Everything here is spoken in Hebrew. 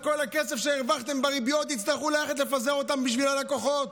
את כל הכסף שהרווחתם בריביות תצטרכו ללכת לפזר אותו בשביל הלקוחות,